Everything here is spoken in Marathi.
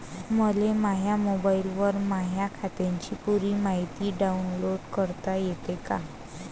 मले माह्या मोबाईलवर माह्या खात्याची पुरी मायती डाऊनलोड करता येते का?